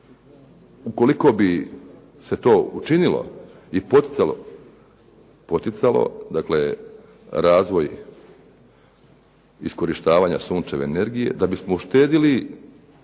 ukoliko bi se to učinilo i poticalo, poticalo dakle razvoj iskorištavanja sunčeve energije, da bismo uštedili